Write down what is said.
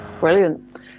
Brilliant